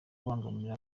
kubangamira